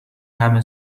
همه